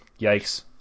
yikes